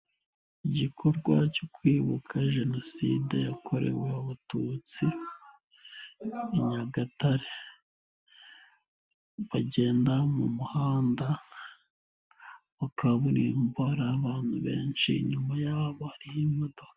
Igikorwa cyo kwibuka jenoside yakorewe abatutsi i Nyagatare, bagenda mu muhanda wa kaburimbo hari abantu benshi inyuma hari imodoka.